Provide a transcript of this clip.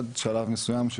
עד שלב מסוים,